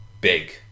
big